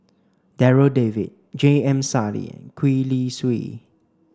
Darryl David J M Sali and Gwee Li Sui